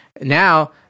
now